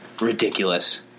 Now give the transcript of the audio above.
ridiculous